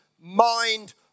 mind